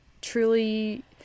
truly